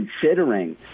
considering